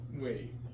Wait